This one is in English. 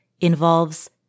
involves